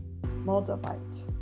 moldavite